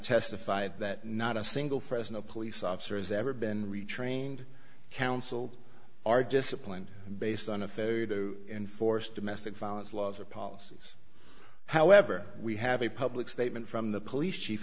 testified that not a single fresno police officer is ever been retrained counseled are disciplined based on a failure to enforce domestic violence laws or policies however we have a public statement from the police chief